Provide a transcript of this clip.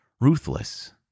ruthless